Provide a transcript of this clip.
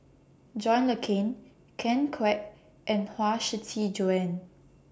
John Le Cain Ken Kwek and Huang Shiqi Joan